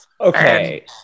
Okay